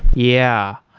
yeah.